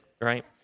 right